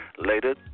Later